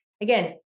Again